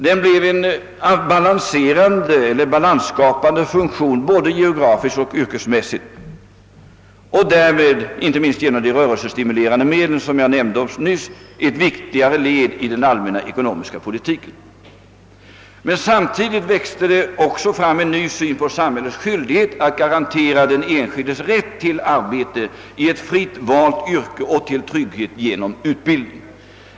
Den fick en balansskapande funktion, både geografiskt och yrkesmässigt, och den blev inte minst genom de rörelsestimulerande medlen som jag nämnde nyss ett viktigt led i den allmänna ekonomiska politiken. Men samtidigt växte det fram en ny syn på samhällets skyldighet att garantera den enskildes rätt till arbete i ett fritt valt yrke och till trygghet genom utbildning.